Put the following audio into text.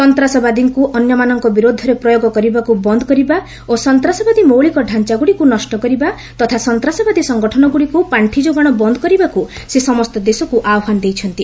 ସନ୍ତାସବାଦୀକୁ ଅନ୍ୟମାନଙ୍କ ବିରୁଦ୍ଧରେ ପ୍ରୟୋଗ କରିବାକୁ ବନ୍ଦ୍ କରିବା ଓ ସନ୍ତାସବାଦୀ ମୌଳିକ ଡାଞ୍ଚାଗୁଡ଼ିକୁ ନଷ୍ଟ କରିବା ତଥା ସନ୍ତାସବାଦୀ ସଙ୍ଗଠନଗୁଡ଼ିକୁ ପାଣ୍ଢିଯୋଗାଣ ବନ୍ଦ୍ କରିବାକୁ ସେ ସମସ୍ତ ଦେଶକୁ ଆହ୍ୱାନ ଦେଇଛନ୍ତି